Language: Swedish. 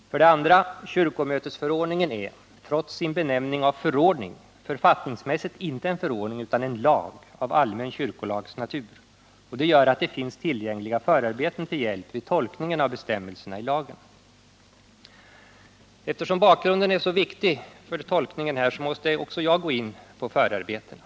2. Kyrkomötesförordningen är — trots sin benämning av förordning — författningsmässigt inte en förordning utan en lag, av kyrkolags natur. Det gör att det finns tillgängliga förarbeten till hjälp vid tolkningen av bestämmelserna i lagen. Eftersom bakgrunden är så viktig för tolkningen här, måste också jag gå in på förarbetena.